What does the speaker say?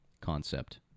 concept